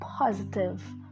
Positive